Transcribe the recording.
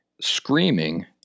screaming